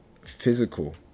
physical